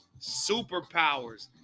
Superpowers